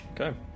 Okay